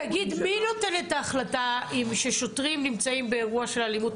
מי נותן את ההחלטה כששוטרים נמצאים באירוע של אלימות,